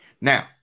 now